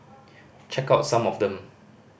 check out some of them